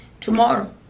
tomorrow